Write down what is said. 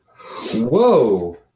Whoa